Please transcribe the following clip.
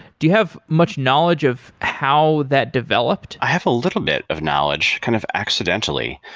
do you have much knowledge of how that developed? i have a little bit of knowledge kind of accidentally.